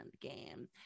game